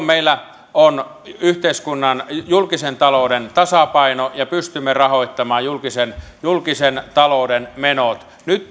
meillä on julkisen talouden tasapaino ja pystymme rahoittamaan julkisen julkisen talouden menot nyt